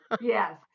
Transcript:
Yes